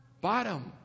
bottom